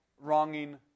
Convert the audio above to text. wronging